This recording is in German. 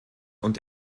und